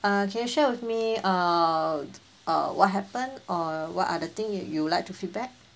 uh can you share with me uh uh what happen or what are the thing that you would like to feedback